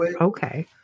okay